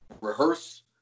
Rehearse